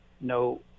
no